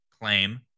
claim